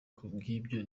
kubw’ibyo